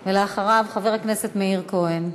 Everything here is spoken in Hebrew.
אחריו, חבר הכנסת מאיר כהן.